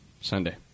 Sunday